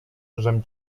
żem